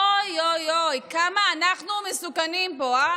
אוי אוי אוי, כמה אנחנו מסוכנים פה, הא?